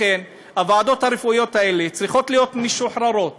לכן, הוועדות הרפואיות האלה צריכות להיות משוחררות